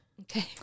Okay